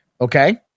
Okay